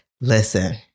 listen